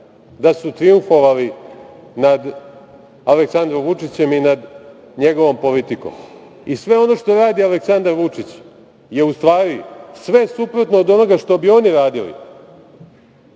da su trijumfovali nad Aleksandrom Vučićem i nad njegovom politikom i sve ono što radi Aleksandar Vučić je u stvari sve suprotno od onoga što bi oni radili,